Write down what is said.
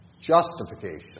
Justification